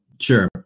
Sure